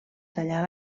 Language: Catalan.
tallar